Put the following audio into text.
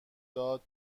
داد